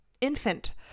infant